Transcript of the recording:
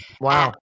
Wow